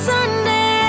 Sunday